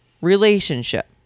relationship